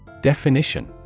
Definition